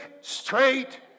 straight